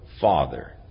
father